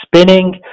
spinning